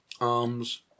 arms